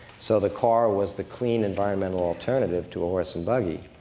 so the car was the clean environmental alternative to a horse and buggy.